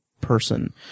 person